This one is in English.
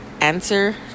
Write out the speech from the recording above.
answer